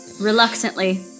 Reluctantly